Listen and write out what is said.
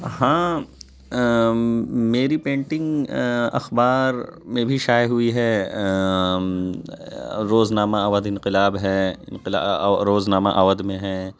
ہاں میری پینٹنگ اخبار میں بھی شائع ہوئی ہے روز نامہ اودھ انقلاب ہے انقلا روز نامہ اودھ میں ہے